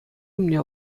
умне